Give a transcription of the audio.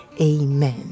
Amen